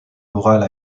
morale